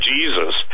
Jesus